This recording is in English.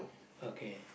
okay